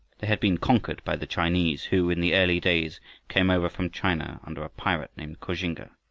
they had been conquered by the chinese, who in the early days came over from china under a pirate named koxinga.